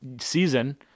season